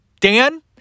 Dan